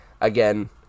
Again